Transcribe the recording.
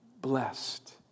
blessed